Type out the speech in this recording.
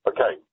Okay